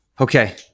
Okay